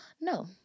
No